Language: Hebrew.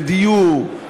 בדיור,